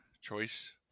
choice